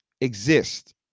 exist